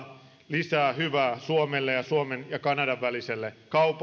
lisää ja kanadan väliselle